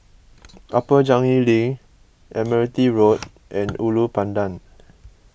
Upper Changi Link Admiralty Road and Ulu Pandan